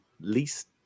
least